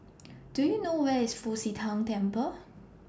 Do YOU know Where IS Fu Xi Tang Temple